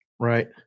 Right